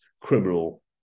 criminal